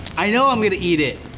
i know i'm gonna eat it.